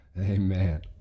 Amen